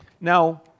Now